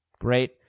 Great